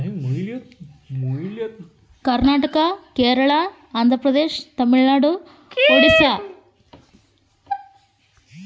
ಖಾರೇಫ್ ಋತುವಿನ ಒಳಗೆ ಯಾವ ಯಾವ ಪ್ರದೇಶಗಳು ಬರ್ತಾವ?